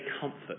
comfort